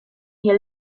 nie